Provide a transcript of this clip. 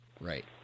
Right